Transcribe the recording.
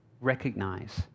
recognize